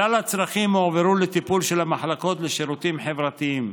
כלל הצרכים הועברו לטיפול של המחלקות לשירותים החברתיים.